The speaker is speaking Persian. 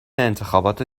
انتخابات